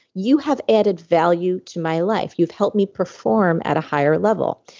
you have added value to my life. you've helped me perform at a higher level.